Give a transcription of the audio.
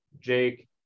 Jake